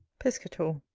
piscator.